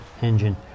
engine